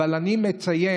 אבל אני מציין,